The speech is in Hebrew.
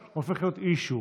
issue,